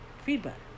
feedback